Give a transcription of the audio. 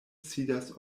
sidas